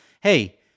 Hey